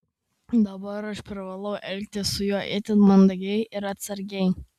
dabar aš privalau elgtis su juo itin mandagiai ir atsargiai